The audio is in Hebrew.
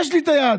יש לי את היד,